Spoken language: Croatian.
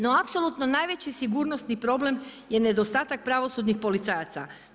No, apsolutno najveći sigurnosni problem je nedostatak pravosudnih policajaca.